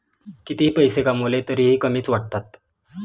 कितीही पैसे कमावले तरीही कमीच वाटतात